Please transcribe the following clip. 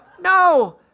no